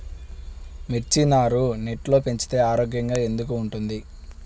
మిర్చి నారు నెట్లో పెంచితే ఆరోగ్యంగా ఎందుకు ఉంటుంది?